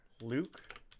Luke